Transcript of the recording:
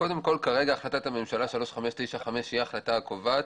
כרגע החלטת הממשלה 3595 היא ההחלטה הקובעת.